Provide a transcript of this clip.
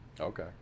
Okay